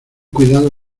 cuidado